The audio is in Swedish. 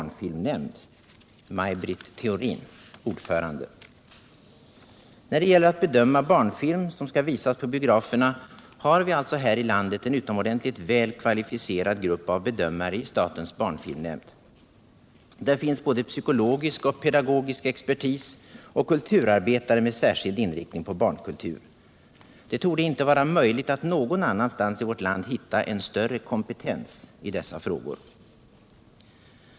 När det gäller att bedöma barnfilm som skall visas på biograferna har vi här i landet en utomordentligt väl kvalificerad grupp av bedömare i statens barnfilmnämnd. Där finns både psykologisk och pedagogisk expertis samt kulturarbetare med särskild inriktning på barnkultur. Det torde inte vara möjligt att någon annanstans i vårt land hitta en större kompetens i dessa frågor.